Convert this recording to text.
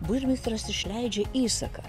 burmistras išleidžia įsaką